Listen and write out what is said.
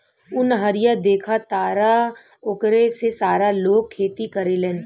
उ नहरिया देखऽ तारऽ ओकरे से सारा लोग खेती करेलेन